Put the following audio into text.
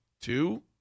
Two